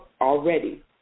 already